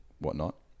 whatnot